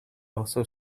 also